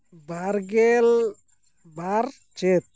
ᱵᱟᱨᱜᱮᱞ ᱵᱟᱨ ᱪᱟᱹᱛ